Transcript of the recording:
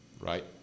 Right